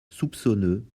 soupçonneux